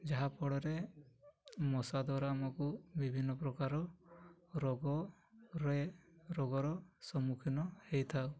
ଯାହାଫଳରେ ମଶା ଦ୍ୱାରା ଆମକୁ ବିଭିନ୍ନ ପ୍ରକାର ରୋଗରେ ରୋଗର ସମ୍ମୁଖୀନ ହେଇଥାଉ